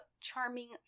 charming